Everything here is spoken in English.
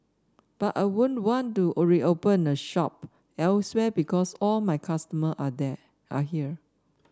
but I wouldn't want to reopen a shop elsewhere because all my customer are there are here